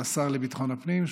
לשר לביטחון הפנים,